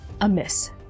amiss